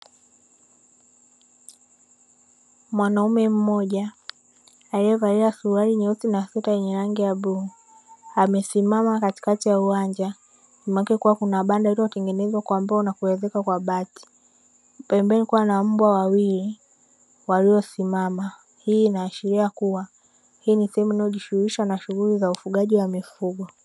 Mwanaume mmoja aliyevalia suruali nyeusi na sweta yenye rangi ya bluu, amesimama katikati ya uwanja nyuma yake kukiwa kuna banda limetengenezwa kwa mbao na kuezekwa kwa bati; pembeni kukiwa na mbwa wawili walio simama. Hii inaashiria kuwa hii ni sehemu inayojishughulisha na shughuli za ufugaji wa mifugo.